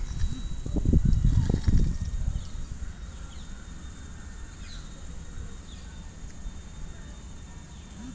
Karnataka bank limited ಭಾರತದ ಸ್ವಂತ ಬ್ಯಾಂಕ್ಗಳಲ್ಲೊಂದಾಗಿದೆ ಇದ್ರ ಕೇಂದ್ರ ಕಾರ್ಯಾಲಯ ಮಂಗಳೂರು ನಗರದಲ್ಲಿದೆ